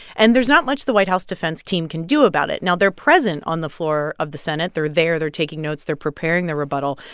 and there's not much the white house defense team can do about it. now, they're present on the floor of the senate. they're there. they're taking notes. they're preparing their rebuttal.